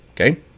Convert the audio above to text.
okay